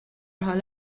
حال